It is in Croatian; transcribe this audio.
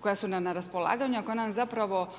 koja su nam na raspolaganju, a koja nam zapravo,